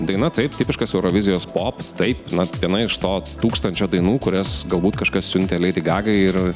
daina taip tipiškas eurovizijos pop taip na viena iš to tūkstančio dainų kurias galbūt kažkas siuntė leidi gagai ir